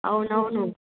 అవునవును